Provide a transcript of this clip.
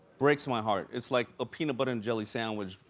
breaks my heart. it's like a peanut butter and jelly sandwich,